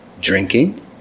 Drinking